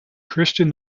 christian